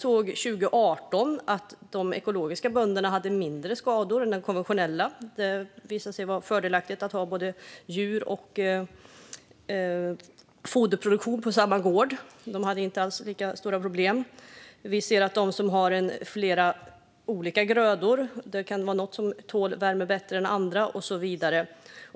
År 2018 hade de ekologiska bönderna mindre skador än de konventionella. Det visade sig vara fördelaktigt att ha djur och foderproduktion på samma gård; de hade inte alls lika stora problem. Av olika grödor kan det vara någon som tål värme bättre än andra och så vidare.